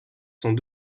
sont